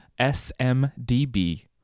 smdb